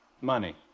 Money